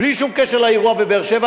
בלי שום קשר לאירוע בבאר-שבע,